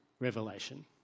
revelation